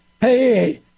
Hey